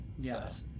yes